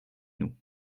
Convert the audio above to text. nous